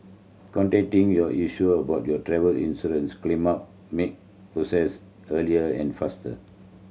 contacting your insurer about your travel insurance claim up help make process easier and faster